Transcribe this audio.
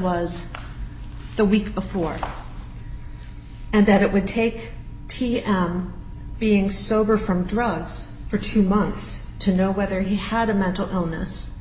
was the week before and that it would take t and being sober from drugs for two months to know whether he had a mental illness